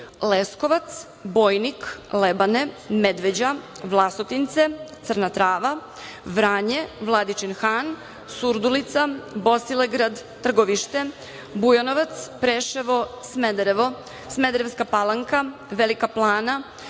Leskovac, Bojnik, Lebane, Medveđa, Vlasotince, Crna trava, Vranje, Vladičin Han, Surdulica, Bosilegrad, Trgovište, Bujanovac, Preševo, Smederevo, Smederevska Palanka, Velika Plana,